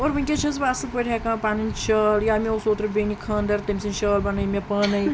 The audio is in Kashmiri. مگر ؤنکیٚس چھَس بہٕ اصٕل پٲٹھۍ ہٮ۪کان پَنٕنۍ شال یا مےٚ اوس اوترٕ بیٚنہِ خاندر تمۍ سٕنٛدۍ شال بَنٲے مےٚ پانٕے